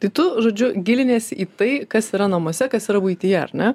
tai tu žodžiu gilinies į tai kas yra namuose kas yra buityje ar ne